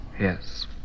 Yes